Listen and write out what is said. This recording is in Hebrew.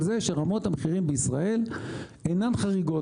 זה שרמות המחירים בישראל אינן חריגות.